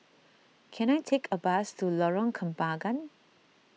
can I take a bus to Lorong Kembagan